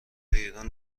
ایران